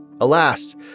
Alas